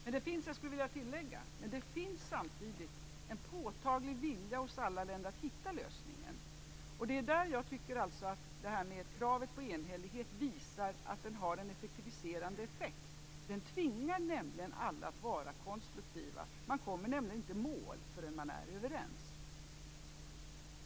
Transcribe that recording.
Men det finns samtidigt, skulle jag vilja tillägga, en påtaglig vilja hos alla länder att hitta lösningen. Där tycker jag att kravet på enhällighet visar sig effektiviserande. Det tvingar alla att vara konstruktiva. Man kommer nämligen inte i mål förrän man är överens.